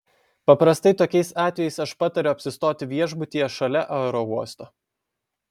paprastai tokiais atvejais aš patariu apsistoti viešbutyje šalia aerouosto